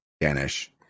danish